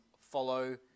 Follow